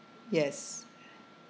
yes